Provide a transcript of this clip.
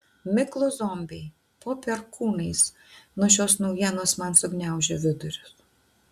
miklūs zombiai po perkūnais nuo šios naujienos man sugniaužė vidurius